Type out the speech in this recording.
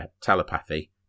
telepathy